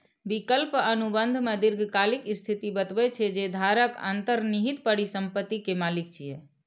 विकल्प अनुबंध मे दीर्घकालिक स्थिति बतबै छै, जे धारक अंतर्निहित परिसंपत्ति के मालिक छियै